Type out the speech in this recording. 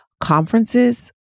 conferences